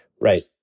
Right